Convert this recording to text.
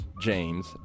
james